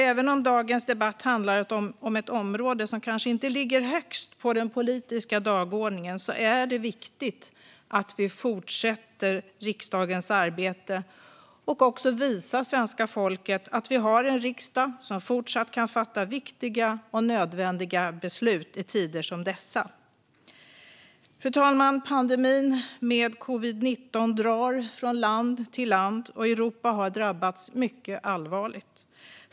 Även om dagens debatt handlar om ett område som kanske inte ligger högst på den politiska dagordningen är det viktigt att vi fortsätter riksdagens arbete och visar svenska folket att vi har en riksdag som kan fortsätta fatta viktiga och nödvändiga beslut även i tider som dessa. Fru talman! Pandemin med covid-19 drar från land till land, och Europa har drabbats mycket allvarligt.